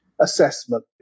assessment